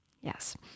Yes